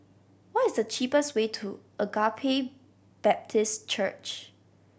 what is the cheapest way to Agape Baptist Church